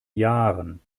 jahren